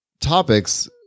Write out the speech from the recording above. topics